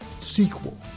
Sequel